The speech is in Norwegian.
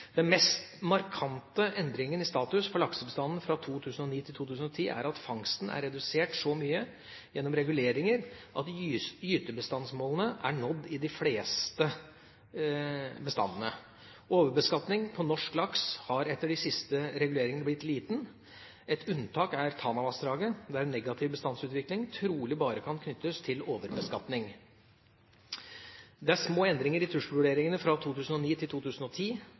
er at fangsten er redusert så mye gjennom reguleringer at gytebestandsmålene er nådd i de fleste bestandene. Overbeskatning på norsk laks har etter de siste reguleringene blitt liten. Et unntak er Tanavassdraget, der negativ bestandsutvikling trolig bare kan knyttes til overbeskatning. Det er små endringer i trusselvurderingen fra 2009 til 2010.